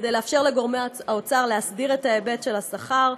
כדי לאפשר לגורמי האוצר להסדיר את ההיבט של השכר,